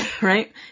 Right